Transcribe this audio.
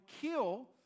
kill